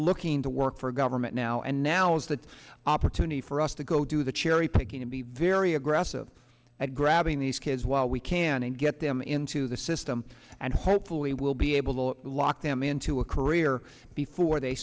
looking to work for government now and now is that opportunity for us to go do the cherry picking and be very aggressive at grabbing these kids while we can and get them into the system and hopefully will be able to lock them into a career before they